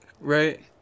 right